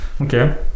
Okay